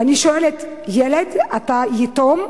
ואני שואלת: ילד, אתה יתום?